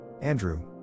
Andrew